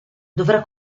dovrà